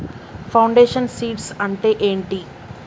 Foundation seeds అంటే ఏంటి?